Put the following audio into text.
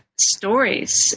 stories